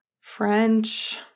French